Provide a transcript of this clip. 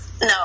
No